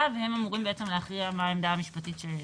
והם אמורים להכריע מה העמדה המשפטית.